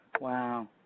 Wow